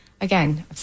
again